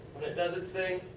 does it thing.